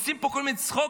עושים פה כל מיני צחוקים,